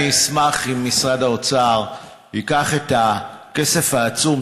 אני אשמח אם משרד האוצר ייקח את הכסף העצום